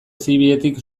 zibiletik